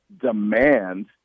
demand